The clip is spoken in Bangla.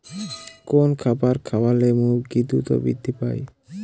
কোন খাবার খাওয়ালে মুরগি দ্রুত বৃদ্ধি পায়?